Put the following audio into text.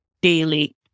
daily